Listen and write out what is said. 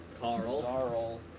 Carl